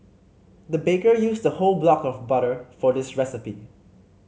the baker used a whole block of butter for this recipe